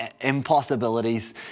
impossibilities